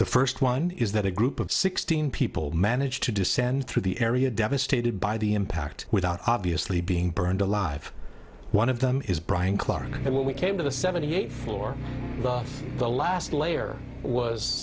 the first one is that a group of sixteen people managed to descend through the area devastated by the impact without obviously being burned alive one of them is brian clark and when we came to the seventy eighth floor the last layer was